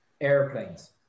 airplanes